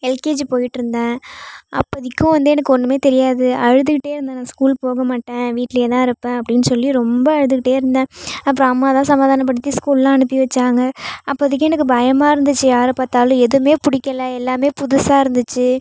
LKG போய்ட்ருந்தேன் அப்போதைக்கு வந்து எனக்கு ஒன்றுமே தெரியாது அழுதுட்டே இருந்தேன் நான் ஸ்கூல் போக மாட்டேன் வீட்லேயே தான் இருப்பேன் அப்படின்னு சொல்லி ரொம்ப அழுதுக்கிட்டே இருந்தேன் அப்பறம் அம்மா தான் சமாதானப்படுத்தி ஸ்கூல்லாம் அனுப்பி வைச்சாங்க அப்போதைக்கி எனக்கு பயமாக இருந்துச்சு யாரை பார்த்தாலும் எதுவுமே பிடிக்கல எல்லாமே புதுசாக இருந்துச்சு